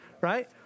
right